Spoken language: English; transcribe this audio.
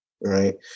right